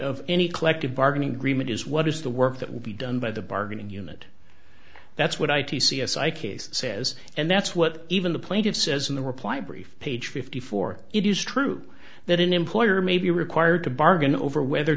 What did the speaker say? of any collective bargaining agreement is what is the work that will be done by the bargaining unit that's what i t c s i case says and that's what even the plaintiffs says in the reply brief page fifty four it is true that an employer may be required to bargain over whether